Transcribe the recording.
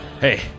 Hey